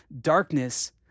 darkness